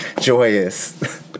Joyous